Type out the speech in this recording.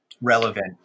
relevant